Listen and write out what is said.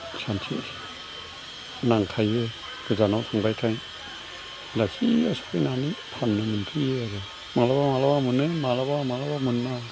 सानसे नांखायो गोजानाव थांबायथाय बेलासि बेलासि फैनानै फान्नो मोनफैयो आरो मालाबा मालाबा मोनो मालाबा मालाबा मोना